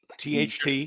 THT